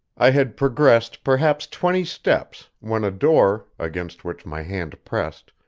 i had progressed perhaps twenty steps when a door, against which my hand pressed,